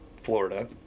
Florida